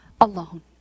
alone